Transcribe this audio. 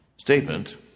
statement